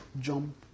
jump